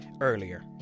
Earlier